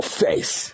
face